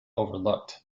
overlooked